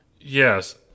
Yes